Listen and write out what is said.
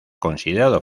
considerado